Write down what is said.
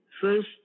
first